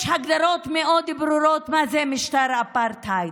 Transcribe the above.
יש הגדרות מאוד ברורות מה זה משטר אפרטהייד.